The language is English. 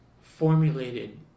formulated